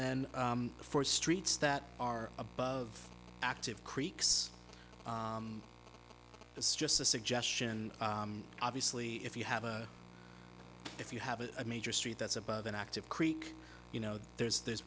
then before streets that are above active creeks it's just a suggestion obviously if you have a if you have a major street that's above an active creek you know there's there's